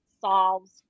solves